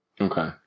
Okay